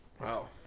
Wow